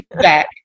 back